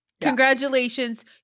congratulations